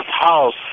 house